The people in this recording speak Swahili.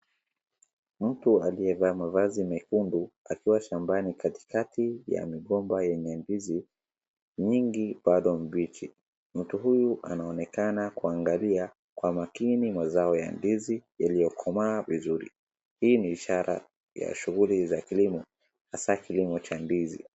Mtu aliyevaa mavazi mekundu, akiwa shambani katikati ya migomba yenye ndizi nyingi bado mbichi. Mtu huyu anaonekana kuangalia kwa makini mazao ya ndizi iliyokomaa vizuri. Hii ni ishara ya shughuli za kilimo hasa kilimo cha ndizi.